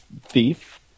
thief